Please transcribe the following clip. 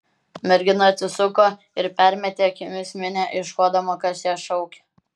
mergina atsisuko ir permetė akimis minią ieškodama kas ją šaukia